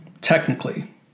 technically